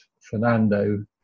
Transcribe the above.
Fernando